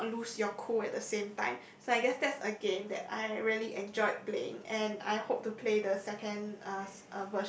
and not lose your cool at the same time so I guess that a game that I really enjoyed playing and I hope the second ask